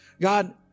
God